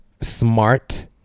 smart